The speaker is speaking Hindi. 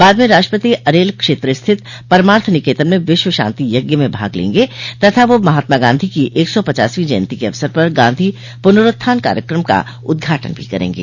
बाद में राष्ट्रपति अरेल क्षेत्र स्थित परमार्थ निकेतन में विश्व शांति यज्ञ में भाग लेंगे तथा वह महात्मा गांधी की एक सौ पचासवीं जयन्तो के अवसर पर गांधी पुनरूत्थान सम्मेलन का उद्घाटन भी करेंगे